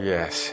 Yes